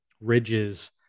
ridges